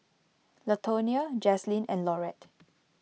Latonia Jazlynn and Laurette